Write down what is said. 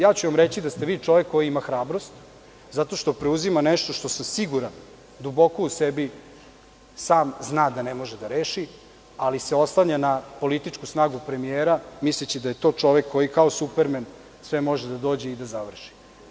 Ja ću vam reći da ste vi čovek koji ima hrabrost zato što preuzima nešto što sam siguran da duboko u sebi sam zna da ne može da reši, ali se oslanja na političku snagu premijera, misleći da je to čovek kao Supermen sve može da dođe i da završi.